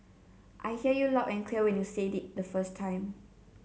I heard you loud and clear when you said it the first time